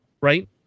right